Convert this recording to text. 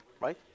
Right